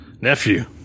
nephew